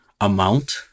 amount